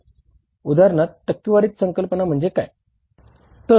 उदाहरणार्थ टक्केवारी संकल्पना म्हणजे काय